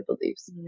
beliefs